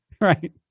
Right